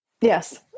Yes